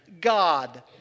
God